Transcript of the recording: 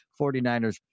49ers